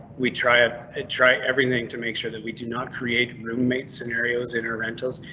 we try ah and try everything to make sure that we do not create roommate scenarios in our rentals.